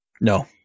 No